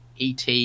ET